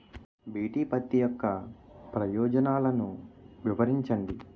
BT పత్తి యొక్క ప్రయోజనాలను వివరించండి?